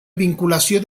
vinculació